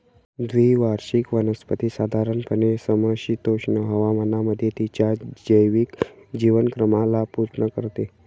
द्विवार्षिक वनस्पती साधारणपणे समशीतोष्ण हवामानामध्ये तिच्या जैविक जीवनचक्राला पूर्ण करते